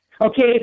Okay